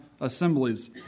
assemblies